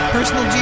Personal